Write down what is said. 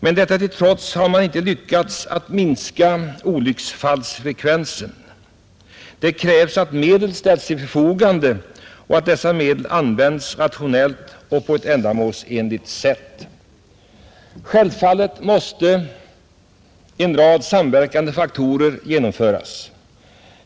Men detta till trots har man inte lyckats minska olycksfallsfrekvensen. Det krävs att medel ställs till förfogande och att dessa används rationellt och på ett ändamålsenligt sätt. Självfallet måste en rad samverkande åtgärder genomföras.